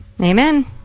Amen